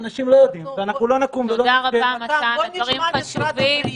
בואו נשמע את משרד הבריאות.